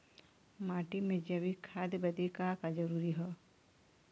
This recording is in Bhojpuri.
माटी में जैविक खाद बदे का का जरूरी ह?